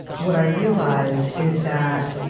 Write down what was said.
what i realized is that